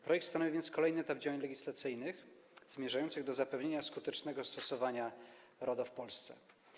Projekt stanowi więc kolejny etap działań legislacyjnych zmierzających do zapewnienia skutecznego stosowania RODO w Polsce.